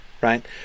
right